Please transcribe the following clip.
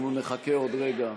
אנחנו נחכה עוד רגע,